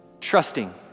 Trusting